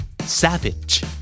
Savage